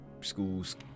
schools